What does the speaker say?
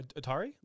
Atari